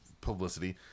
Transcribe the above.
publicity